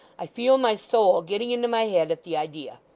i feel my soul getting into my head at the idea.